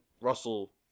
Russell